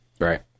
Right